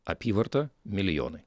apyvarta milijonai